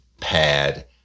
PAD